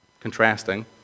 contrasting